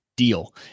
Deal